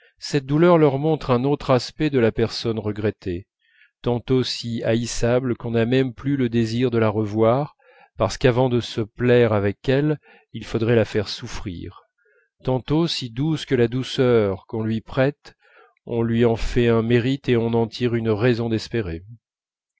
cette douleur leur montre un autre aspect de la personne regrettée tantôt si haïssable qu'on n'a même plus le désir de la revoir parce qu'avant de se plaire avec elle il faudrait la faire souffrir tantôt si douce que la douceur qu'on lui prête on lui en fait un mérite et on en tire une raison d'espérer